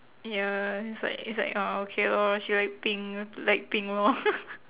ya it's like it's like orh okay lor she like pink like pink lor